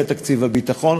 זה תקציב הביטחון,